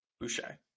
Boucher